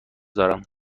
دارم